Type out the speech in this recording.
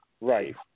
right